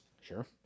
Sure